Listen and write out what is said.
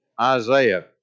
Isaiah